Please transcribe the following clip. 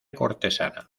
cortesana